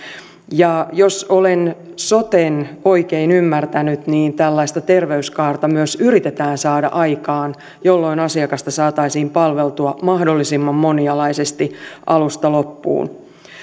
ja jos olen soten oikein ymmärtänyt niin tällaista terveyskaarta myös yritetään saada aikaan jolloin asiakasta saataisiin palveltua mahdollisimman monialaisesti alusta loppuun